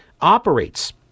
operates